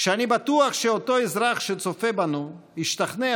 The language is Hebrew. כשאני בטוח שאותו אזרח שצופה בנו השתכנע